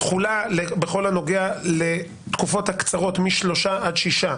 מאחר וזה בהסכמות, הסיכוי טוב שזה יקרה.